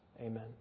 Amen